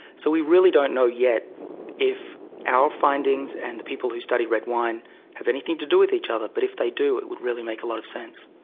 so we really don't know yet if our findings and the people who study red wine have anything to do with each other, but if they do it would really make a lot of sense.